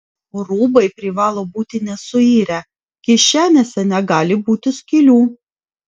rūbai privalo būti nesuirę kišenėse negali būti skylių